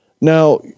Now